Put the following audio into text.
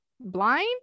blind